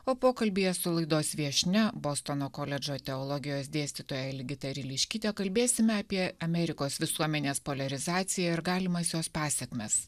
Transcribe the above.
o pokalbyje su laidos viešnia bostono koledžo teologijos dėstytoja ligita ryliškyte kalbėsime apie amerikos visuomenės poliarizaciją ir galimas jos pasekmes